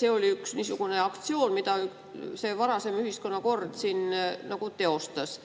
See oli niisugune aktsioon, mida varasem ühiskonnakord siin teostas.